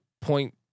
point